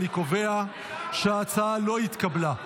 אני קובע שההצעה לא התקבלה.